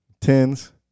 Tens